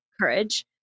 courage